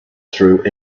through